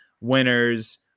winners